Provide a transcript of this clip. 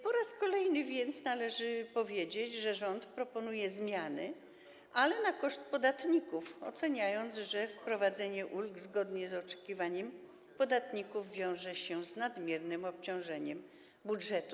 Po raz kolejny należy więc powiedzieć, że rząd proponuje zmiany, ale na koszt podatników, oceniając, że wprowadzenie ulg zgodnie z oczekiwaniem podatników wiąże się z nadmiernym obciążeniem budżetu.